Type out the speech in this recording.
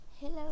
Hello